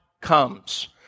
comes